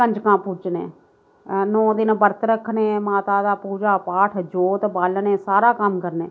कंजकां पूजने नौ दिन बरत रखने माता दा पूजा पाठ जोत बालने सारा कम्म करने